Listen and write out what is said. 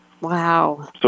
Wow